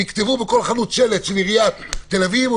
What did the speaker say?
ויכתבו בכל חנות שלט של העירייה: פה